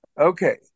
okay